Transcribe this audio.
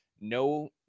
no